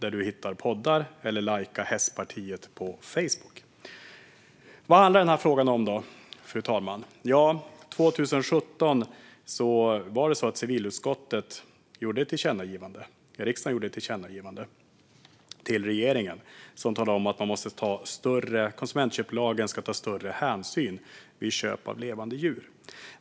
Eller man kan lajka Hästpartiet på Facebook. Vad handlar då denna fråga om, fru talman? Jo, 2017 gjorde civilutskottet ett tillkännagivande till regeringen, som riksdagen ställde sig bakom, om att man i konsumentköplagen skulle ta större hänsyn när det gäller köp av levande djur.